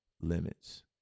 limits